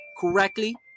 correctly